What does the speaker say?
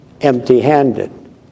empty-handed